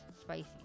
spicy